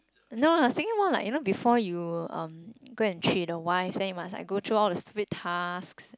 no lah I'm saying more like you know before you um go and treat the wife then you must like go through all the stupid tasks